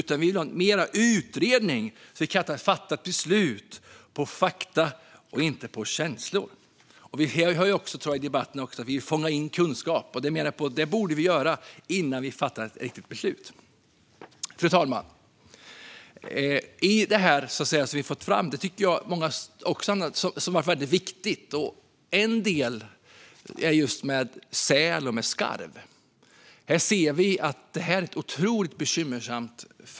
Vi vill därför ha en utredning så att man kan fatta beslut utifrån fakta och inte känslor. Vi hör här i debatten att det talas om att fånga in kunskap, och jag menar att man måste göra det innan man fattar beslut. Fru talman! I det som vi har fått fram och som har varit väldigt viktigt är kunskap om säl och skarv. För många fiskare är det här otroligt bekymmersamt.